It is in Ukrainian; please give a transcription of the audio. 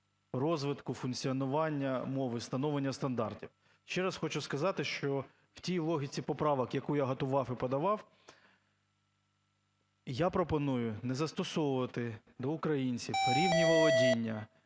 розвитку, функціонування мови, встановлення стандартів. Ще раз хочу сказати, що в тій логіці поправок, яку я готував і подавав, я пропоную не застосовувати до українців рівні володіння,